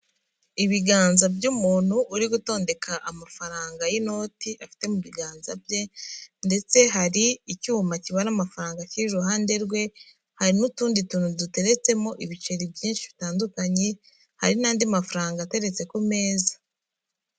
Ibiganza by'umuntu uri gutondeka amafaranga y'inoti afite mu biganza bye. Ndetse hari icyuma kibara amafaranga kiri iruhande rwe, hari n'utundi tuntu duteretsemo ibiceri byinshi bitandukanye, hari n'andi mafaranga ateretse ku meza.